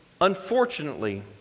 Unfortunately